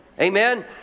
Amen